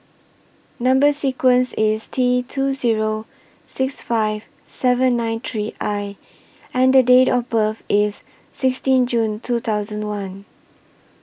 Number sequence IS T two Zero six five seven nine three I and Date of birth IS sixteen June two thousand and one